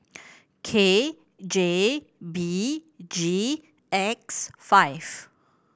K J B G X five